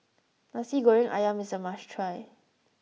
Nasi Goreng Ayam is a must try